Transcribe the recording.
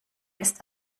ist